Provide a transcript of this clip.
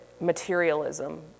materialism